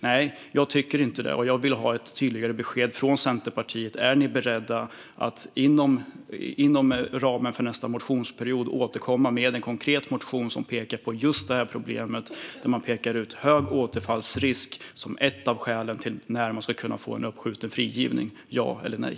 Nej, jag tycker inte det, och jag vill ha ett tydligare besked från Centerpartiet: Är ni beredda att inom ramen för nästa motionsperiod återkomma med en konkret motion som pekar på just detta problem, alltså att hög återfallsrisk ska vara ett skäl till uppskjuten frigivning - ja eller nej?